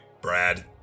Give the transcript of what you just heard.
Brad